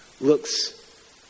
looks